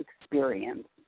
experience